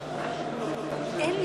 נגד